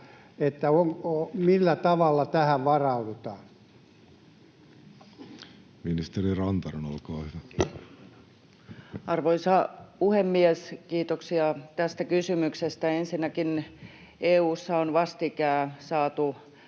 siitä, millä tavalla tähän varaudutaan? Ministeri Rantanen, olkaa hyvä. Arvoisa puhemies! Kiitoksia tästä kysymyksestä. Ensinnäkin EU:ssa on vastikään saatu